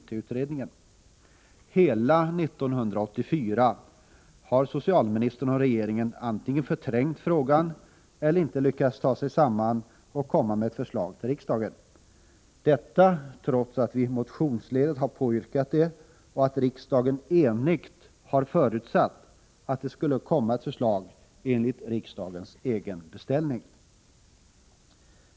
Hela 1984 har socialministern och regeringen antingen förträngt frågan eller inte lyckats ta sig samman och komma med ett förslag till riksdagen — detta trots att vi motionsledes har påyrkat det och att en enig riksdag har förutsatt att det skulle komma ett förslag, i enlighet med riksdagens egen beställning.